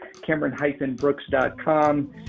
Cameron-Brooks.com